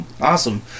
Awesome